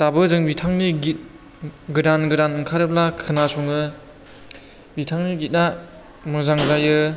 दाबो जों बिथांनि गित गोदान गोदान ओंखारोब्ला खोनासङो बिथांनि गितना मोजां जायो